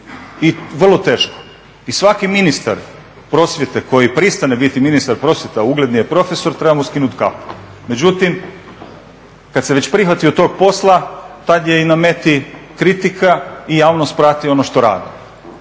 i svaki ministar prosvjete koji pristane biti ministar prosvjete, a ugledni je profesor, treba mu skinuti kapu. Međutim, kad se već prihvatio tog posla, tad je i na meni kritika i javnost prati ono što rade.